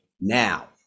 Now